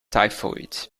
typhoid